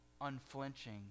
unflinching